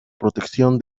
protección